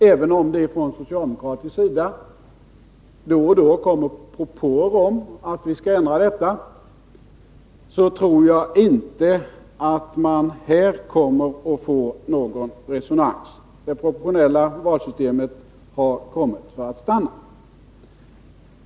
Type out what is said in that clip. Även om det från socialdemokratisk sida då och då kommer propåer om att vi skall ändra detta, tror jag inte att man här kommer att få någon resonans. Det proportionella valsystemet har kommit för att stanna.